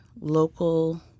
local